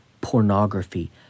pornography